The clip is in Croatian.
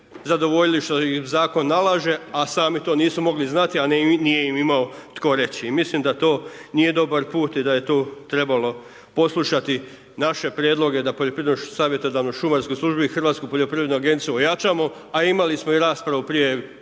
zadovoljili što i zakon nalaže a i sami to nisu mogli znati a nije im imao tko reći. I mislim da to nije dobar put i da je tu trebalo poslušati naše prijedloge da poljoprivrednoj savjetodavnoj šumarskoj službi i Hrvatsku poljoprivrednu agenciju ojačamo, a imali smo i raspravu prije